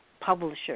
publisher